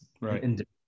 Right